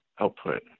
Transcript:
output